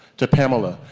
to pamela,